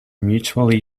mutually